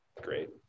great